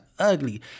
Ugly